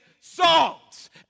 songs